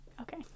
okay